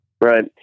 Right